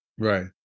Right